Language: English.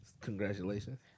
Congratulations